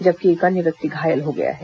जबकि एक अन्य व्यक्ति घायल हो गया है